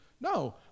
No